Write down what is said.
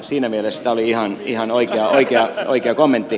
siinä mielessä tämä oli ihan oikea kommentti